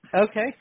Okay